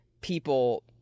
people